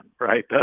right